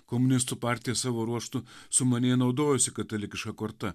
komunistų partija savo ruožtu sumaniai naudojosi katalikiška korta